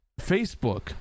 Facebook